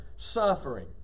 Suffering